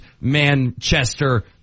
Manchester